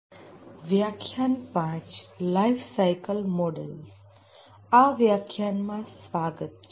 આ વ્યાખ્યાનમા સ્વાગત છે